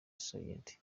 sgt